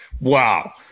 wow